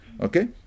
Okay